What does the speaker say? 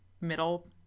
middle